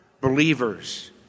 believers